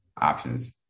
options